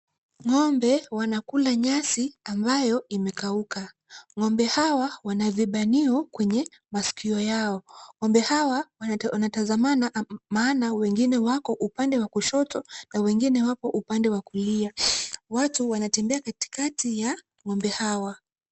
Ng'ombe wanakula nyasi ambayo imekauka. Ng'ombe hawa wana vibanio kwenye masikio yao. Ng'ombe hawa wanatazamana maana wengine wako upande wa kushoto na wengine wapo upande wa kulia. Watu wanatembea katikati ya ng'ombe hawa.